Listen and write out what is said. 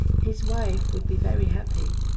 his wife would be very happy.